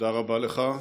תודה רבה לך.